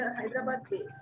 Hyderabad-based